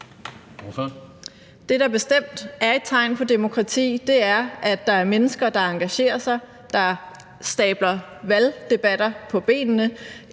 Det, der bestemt er et tegn på demokrati, er, at der er mennesker, der engagerer sig, og som stabler valgdebatter på benene.